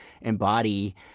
embody